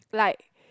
like